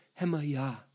hemaya